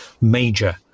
major